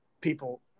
people